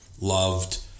loved